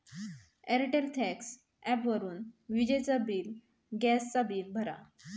Airtel thanks ॲपवरून विजेचा bill, gas चा बिल भरा